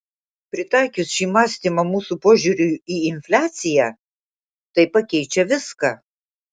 pritaikius šį mąstymą mūsų požiūriui į infliaciją tai pakeičia viską